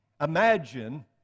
Imagine